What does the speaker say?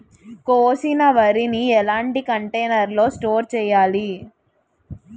కోసిన వరిని ఎలాంటి కంటైనర్ లో స్టోర్ చెయ్యాలి?